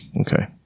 Okay